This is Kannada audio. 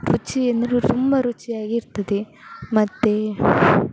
ರುಚಿಯೆಂದ್ರೆ ತುಂಬ ರುಚಿಯಾಗಿರ್ತದೆ ಮತ್ತೆ